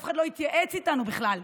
אף אחד לא התייעץ איתנו בכלל.